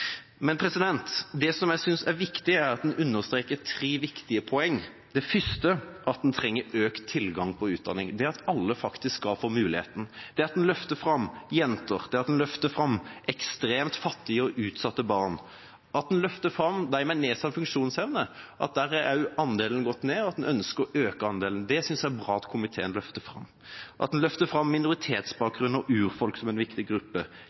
Men det er viktig å understreke tre viktige poeng. For det første trenger man økt tilgang på utdanning; alle skal faktisk få muligheten. Man løfter fram jenter, man løfter fram ekstremt fattige og utsatte barn, man løfter fram dem med nedsatt funksjonsevne – der er også andelen gått ned, og at en ønsker å øke andelen, det syns jeg er bra at komiteen løfter fram. Man løfter fram dem med minoritetsbakgrunn og urfolk som viktige grupper – og dem i krise og konflikt. Men det er også viktig